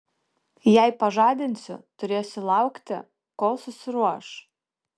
jei pažadinsiu turėsiu laukti kol susiruoš